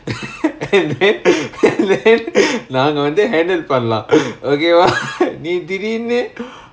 and then and then நாங்க வந்து:naanga vanthu handle பண்ணலா:pannalaa okay வா:vaa நீ திடிர்னு:nee thidirnu